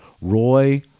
Roy